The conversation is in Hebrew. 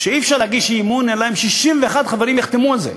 שאי-אפשר להגיש אי-אמון אלא אם כן 61 חברים יחתמו על זה.